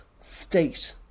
state